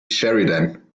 sheridan